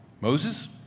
Moses